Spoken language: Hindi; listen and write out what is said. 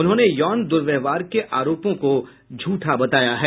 उन्होंने यौन द्वर्व्यवहार के आरोपों को झूठा बताया है